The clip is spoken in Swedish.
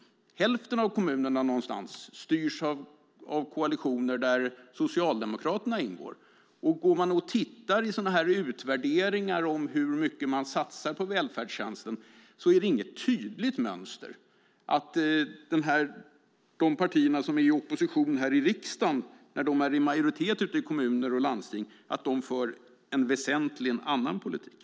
Ungefär hälften av kommunerna styrs av koalitioner där Socialdemokraterna ingår. I utvärderingar av hur mycket man satsar på välfärdstjänster finns det inget tydligt mönster att de partier som är i opposition här i riksdagen som majoritet i kommuner och landsting skulle föra en väsentligen annan politik.